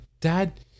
Dad